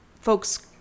folks